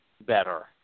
better